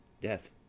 Death